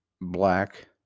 black